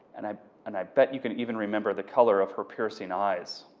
and i and i bet you can even remember the color of her piercing eyes.